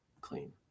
clean